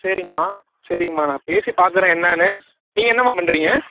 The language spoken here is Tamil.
சரிங்கம்மா சரிங்கம்மா நான் பேசி பார்க்குறேன் என்னென்னு நீங்கள் என்னம்மா பண்ணுறீங்க